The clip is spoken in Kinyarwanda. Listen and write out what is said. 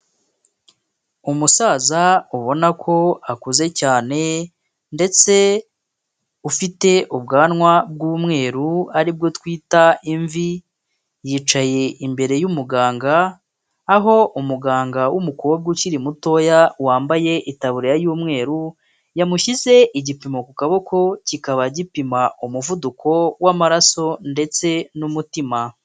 Umusaza ubona ko akuze cyane ndetse ufite ubwanwa bw'umweru aribwo twita imvi, yicaye imbere y'umuganga aho umuganga w'umukobwa ukiri mutoya wambaye itaburiya y'umweru, yamushyize igipimo ku kaboko kikaba gipima umuvuduko w'amaraso ndetse n'umutima.